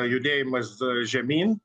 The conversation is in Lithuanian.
judėjimas žemyn